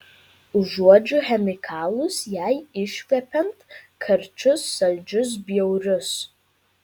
užuodžiu chemikalus jai iškvepiant karčius saldžius bjaurius